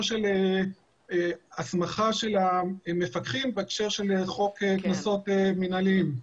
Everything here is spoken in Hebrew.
של הסמכת המפקחים בהקשר של חוק קנסות מינהליים.